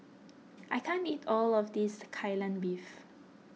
I can't eat all of this Kai Lan Beef